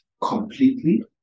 completely